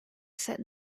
said